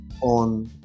on